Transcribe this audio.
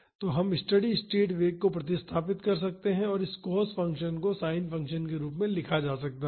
तो हम steady state वेग को प्रतिस्थापित कर सकते हैं और इस cos फंक्शन को sin फंक्शन के रूप में लिखा जा सकता है